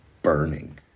Burning